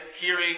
hearing